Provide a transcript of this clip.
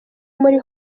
muri